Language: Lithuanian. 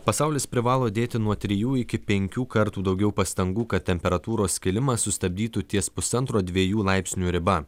pasaulis privalo dėti nuo trijų iki penkių kartų daugiau pastangų kad temperatūros kilimą sustabdytų ties pusantro dviejų laipsnių riba